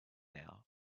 now